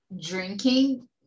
drinking